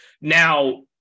now